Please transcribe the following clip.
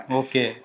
okay